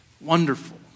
Wonderful